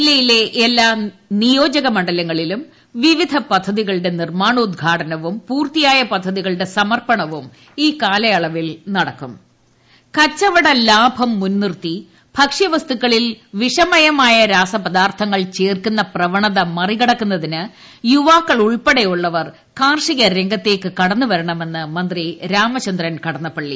ജില്ലയിലെ എല്ലാ നിയോജകമണ്ഡലങ്ങളിലും വിവിധ പദ്ധതികളുടെ നിർമ്മാണ്ണോട്ട്ഘാടനവും പൂർത്തിയായ പദ്ധതികളുടെ സമർപ്പണവും ഇക്കാലയളവ്വിൽ നടത്തും കാർഷികരംഗം കച്ചവടലാഭം മുൻനിർത്തി ഭക്ഷ്യവസ്തുക്കളിൽ വിഷമയമായ രാസപദാർത്ഥങ്ങൾ ചേർക്കുന്ന പ്രവണത മറികടക്കുന്നതിന് യുവാക്കളുൾപ്പെടെയുള്ളവർ കാർഷികരംഗത്തേയ്ക്ക് കടന്നു വരണമെന്ന് മന്ത്രി രാമചന്ദ്രൻ കടന്നപ്പള്ളി